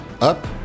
up